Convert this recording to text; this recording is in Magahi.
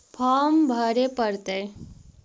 फार्म भरे परतय?